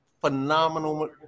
phenomenal